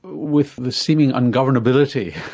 with the seeming ungovernability